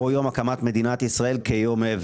אנחנו מוכנים למסגרת דיון ולהצביע על ההסתייגויות